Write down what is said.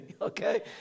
okay